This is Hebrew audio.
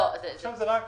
עכשיו זה רק פיזי.